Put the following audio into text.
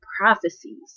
prophecies